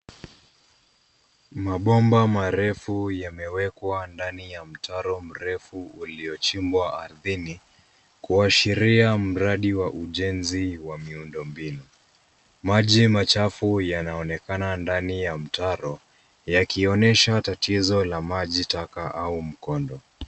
Mabomba marefu yamewekwa ndani ya mtaro mrefu uliochimbwa ardhini, kuashiria mradi wa ujenzi wa miundo mbinu. Maji machafu yanaonekana ndani ya mtaro, yakionyesha tatizo la maji taka au mkondo.